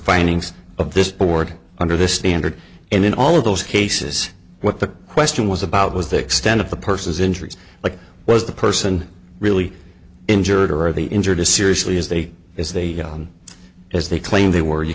findings of this board under the standard and in all of those cases what the question was about was the extent of the person's injuries like was the person really injured or the injured as seriously as they as they go on as they claim they were you